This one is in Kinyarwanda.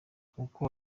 koko